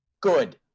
good